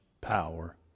power